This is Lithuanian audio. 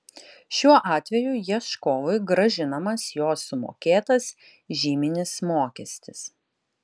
šiuo atveju ieškovui grąžinamas jo sumokėtas žyminis mokestis